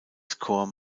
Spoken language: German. corps